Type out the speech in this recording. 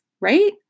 right